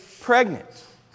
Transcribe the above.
pregnant